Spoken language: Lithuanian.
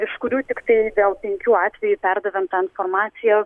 iš kurių tiktai dėl penkių atvejų perdavėm informaciją